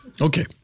Okay